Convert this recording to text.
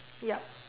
yup